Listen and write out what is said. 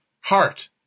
heart